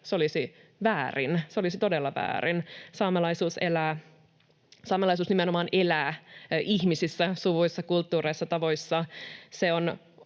Se olisi väärin. Se olisi todella väärin. Saamelaisuus nimenomaan elää ihmisissä, suvuissa, kulttuureissa, tavoissa.